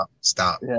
Stop